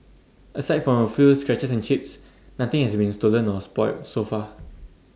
aside from A few scratches and chips nothing has been stolen or spoilt so far